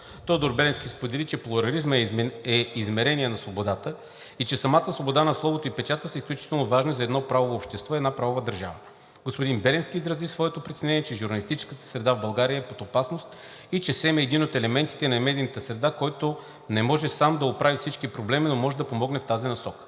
Тодор Беленски сподели, че плурализмът е измерение на свободата и че самата свобода на словото и печата са изключително важни за едно правово общество и една правова държава. Господин Беленски изрази своето притеснение, че журналистическата среда в България е под опасност и че СЕМ е само един от елементите на медийната среда, който не може сам да оправи всички проблеми, но може да помогне в тази насока.